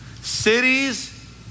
cities